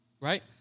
right